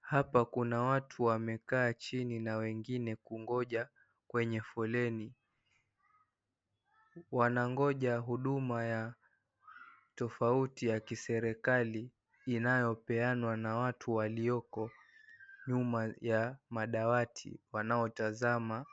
Hapa kuna watu wamekaa chini na wengine kungoja kwenye foleni. Wanangoja huduma tofauti ya kiserikali inayopeanwa na watu walioko nyuma ya madawati, wanaotazama